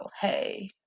hey